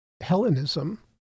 Hellenism